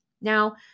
Now